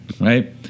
right